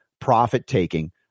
profit-taking